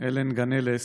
אילן גנלס,